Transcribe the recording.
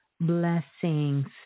blessings